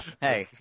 Hey